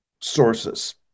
sources